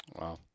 Wow